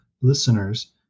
listeners